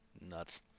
Nuts